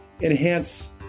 enhance